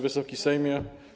Wysoki Sejmie!